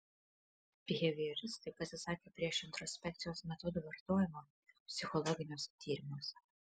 bihevioristai pasisakė prieš introspekcijos metodo vartojimą psichologiniuose tyrimuose